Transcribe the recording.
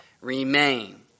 remain